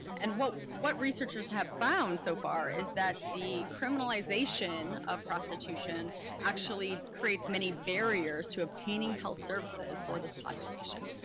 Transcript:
and what what researchers have found so far is that the criminalization of prostitution actually creates many barriers to obtaining health services for this population.